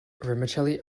vermicelli